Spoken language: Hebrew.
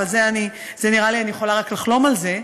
אבל נראה לי שאני יכולה רק לחלום על זה.